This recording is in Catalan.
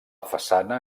façana